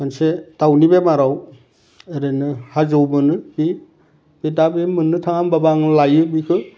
मोनसे दावनि बेमाराव ओरैनो हाजोआव मोनो बे बे दा मोनो थाङा होनबाबो आं लायो बेखौ